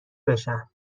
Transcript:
بشم